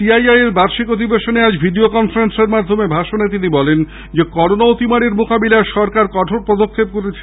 CII এর বার্ষিক অধিবেশনে আজ ভিডিও কনফারেন্সের মাধ্যমে ভাষণে তিনি বলেন করোনা অতিমারির মোকাবিলায় সরকার কঠোর পদক্ষেপ করেছে